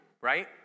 right